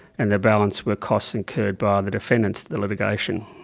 and the balance were costs incurred by the defendants to the litigation,